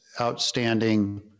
outstanding